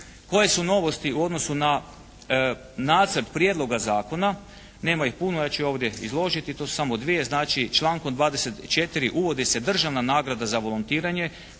Koje su novosti u odnosu na Nacrt prijedloga zakona? Nema ih puno. Ja ću ih ovdje izložiti. To su samo dvije. Znači člankom 24. uvodi se državna nagrada za volontiranje